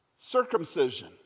circumcision